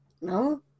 No